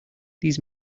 these